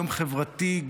יום חברתי,